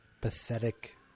pathetic